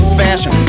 fashion